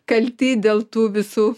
kalti dėl tų visų